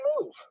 move